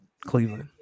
Cleveland